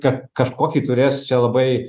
kad kažkokį turės čia labai